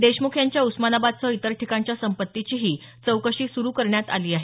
देशमुख यांच्या उस्मानाबादसह इतर ठिकाणच्या संपत्तीचीही चौकशी सुरु करण्यात आली आहे